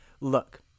look